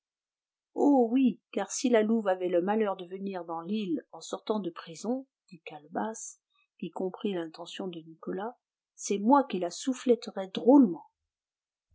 oh oui car si la louve avait le malheur de venir dans l'île en sortant de prison dit calebasse qui comprit l'intention de nicolas c'est moi qui la souffletterais drôlement